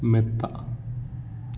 മെത്ത